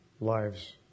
lives